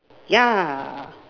yeah